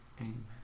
Amen